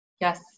Yes